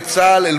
של